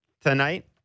tonight